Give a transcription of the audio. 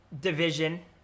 division